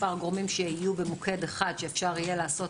מספר גורמים שיהיו במוקד אחד שאפשר יהיה לעשות